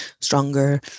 stronger